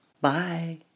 Bye